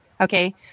Okay